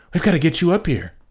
we've gotta get you up here.